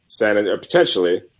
potentially